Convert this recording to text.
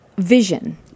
vision